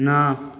ନଅ